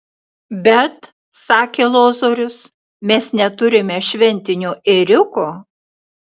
bet sakė lozorius mes neturime šventinio ėriuko